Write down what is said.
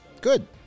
Good